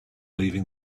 leaving